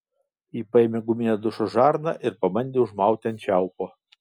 ji paėmė guminę dušo žarną ir pabandė užmauti ant čiaupo